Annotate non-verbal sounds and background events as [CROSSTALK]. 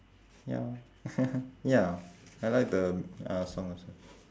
ya [LAUGHS] ya I like the m~ uh song also